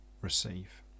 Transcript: receive